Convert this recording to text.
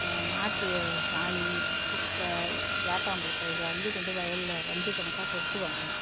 மா மாட்டு சாணி குப்பை ஆட்டாம்புலுக்கை இதை அள்ளிக்கொண்டு வயலில் வண்டி கணக்காக கொட்டுவாங்க